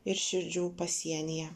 ir širdžių pasienyje